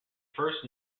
first